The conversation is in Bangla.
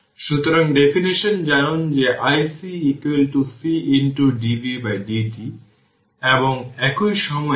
সুতরাং ডেফিনেশন জানুন যে iC C dv dt এবং একই সময়ে iR vR